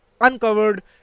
uncovered